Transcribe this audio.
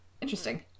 Interesting